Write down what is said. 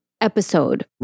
episode